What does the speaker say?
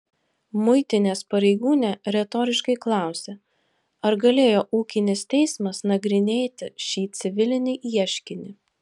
muitinės pareigūnė retoriškai klausia ar galėjo ūkinis teismas nagrinėti šį civilinį ieškinį